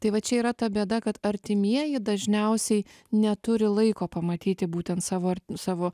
tai va čia yra ta bėda kad artimieji dažniausiai neturi laiko pamatyti būtent savo ar savo